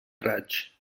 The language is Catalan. raig